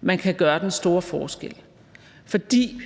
man kan gøre den store forskel, fordi